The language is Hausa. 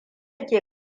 ke